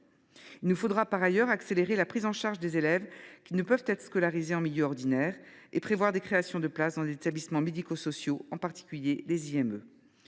Il nous faudra par ailleurs accélérer la prise en charge des élèves qui ne peuvent être scolarisés en milieu ordinaire et prévoir des créations de places dans les établissements médico sociaux, en particulier les